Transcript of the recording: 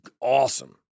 awesome